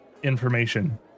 Information